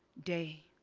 day.